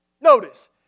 Notice